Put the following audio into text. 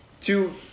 two